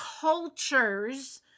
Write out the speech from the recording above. cultures